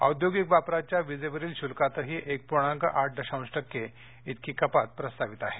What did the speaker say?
औद्योगिक वापराच्या वीजेवरील शुल्कातही एक पूर्णाक आठ दशांश टक्के तिकी कपात प्रस्तावित आहे